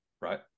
right